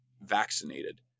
vaccinated